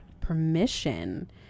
permission